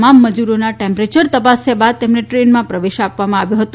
તમામ મજુરોના ટેમ્પરેચર તપસ્યા બાદ જ ટ્રેનમાં પ્રવેશ આપવમાં આવ્યો હતો